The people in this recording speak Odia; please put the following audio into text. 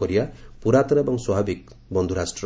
କୋରିଆ ପୁରାତନ ଏବଂ ସ୍ୱାଭାବିକ ବନ୍ଧୁରାଷ୍ଟ୍ର